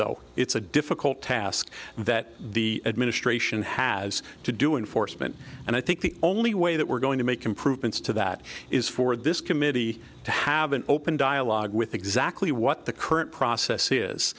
though it's a difficult task that the administration has to do in foresman and i think the only way that we're going to make improvements to that is for this committee to have an open dialogue with exactly what the current process